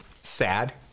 sad